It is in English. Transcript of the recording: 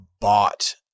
bought